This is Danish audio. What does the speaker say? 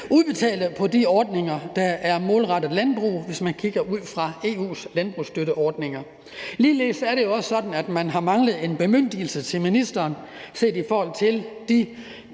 til de ordninger, der er målrettet landbruget, hvis man kigger på EU's landbrugsstøtteordninger. Ligeledes er det jo også sådan, at man har manglet en bemyndigelse til ministeren set i forhold til de